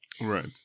right